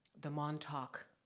the montauk,